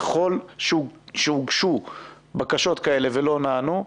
ככל שהוגשו בקשות כאלה ולא נענו,